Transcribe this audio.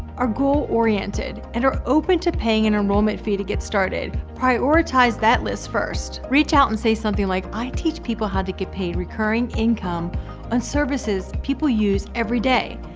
are goal oriented and are open to paying an enrollment fee to get started, prioritize that list first, reach out and say something like i teach people how to get paid recurring income on services people use every day.